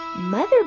Mother